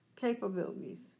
capabilities